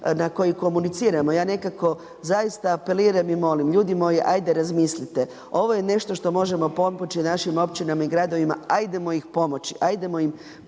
na koji komuniciramo. Ja nekako zaista apeliram i molim, ljudi moji hajde razmislite. Ovo je nešto što može pomoći našim općinama i gradovima, hajdemo im pomoći, hajdemo im pomoći.